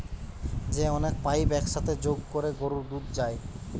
যে অনেক পাইপ এক সাথে যোগ কোরে গরুর দুধ যায়